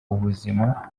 ubuzima